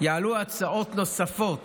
יעלו הצעות נוספות